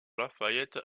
lafayette